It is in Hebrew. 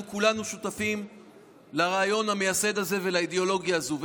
אנחנו כולנו שותפים לרעיון המייסד הזה ולאידאולוגיה הזאת.